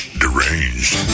deranged